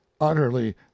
utterly